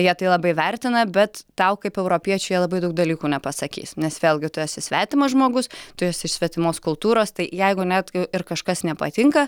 jie tai labai vertina bet tau kaip europiečiui jie labai daug dalykų nepasakys nes vėlgi tu esi svetimas žmogus tu esi iš svetimos kultūros tai jeigu netgi ir kažkas nepatinka